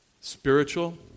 spiritual